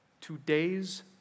Today's